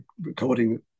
recording